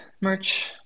merch